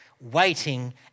waiting